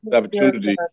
opportunity